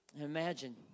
Imagine